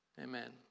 Amen